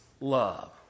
love